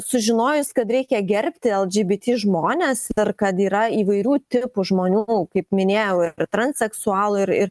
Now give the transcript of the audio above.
sužinojus kad reikia gerbti lgbt žmones ir kad yra įvairių tipų žmonių kaip minėjau ir transseksualų ir ir